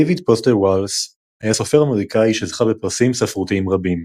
דייוויד פוסטר וולאס היה סופר אמריקאי שזכה בפרסים ספרותיים רבים.